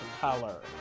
color